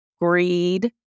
greed